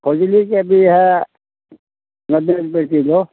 फैजलीके भी हइ नब्बे रुपैए किलो